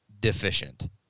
Deficient